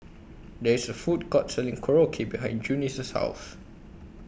There IS A Food Court Selling Korokke behind Junie's House